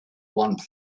one